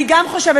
אני גם חושבת,